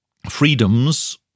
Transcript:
Freedoms